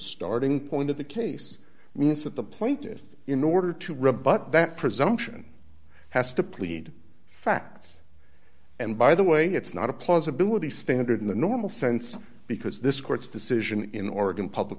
starting point of the case means that the plaintiff in order to rebut that presumption has to plead facts and by the way it's not a plausibility standard in the normal sense because this court's decision in oregon public